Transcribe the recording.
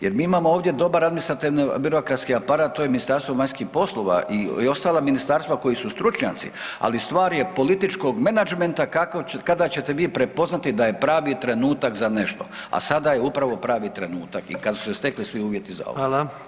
Jer mi imamo ovdje dobar administrativni birokratski aparat, to je Ministarstvo vanjskih poslova i ostala ministarstva koji su stručnjaci, ali stvar je političkog menadžmenta kada ćete vi prepoznati da je pravi trenutak za nešto, a sada je upravo pravi trenutak i kad su se stekli svi uvjeti za ovo.